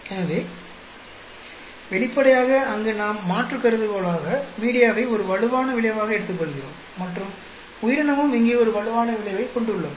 எனவே வெளிப்படையாக அங்கு நாம் மாற்று கருதுகோளாக மீடியாவை ஒரு வலுவான விளைவாக எடுத்துக்கொள்கிறோம் மற்றும் உயிரினமும் இங்கே ஒரு வலுவான விளைவைக் கொண்டுள்ளது